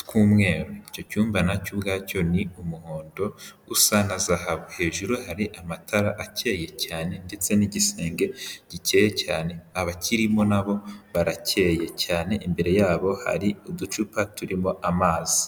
tw'umweru, icyo cyumba na cyo ubwacyo ni umuhondo usa na zahabu, hejuru hari amatara akeye cyane ndetse n'igisenge gikeye cyane, abakirimo nabo barakeyeye cyane imbere yabo hari uducupa turimo amazi.